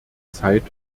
zeit